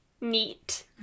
neat